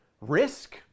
risk